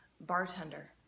bartender